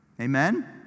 Amen